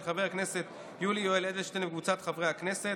של חבר הכנסת יולי יואל אדלשטיין וקבוצת חברי הכנסת,